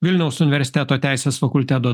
vilniaus universiteto teisės fakulteto